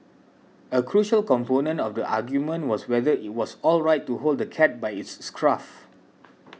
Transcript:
a crucial component of the argument was whether it was alright to hold the cat by its scruff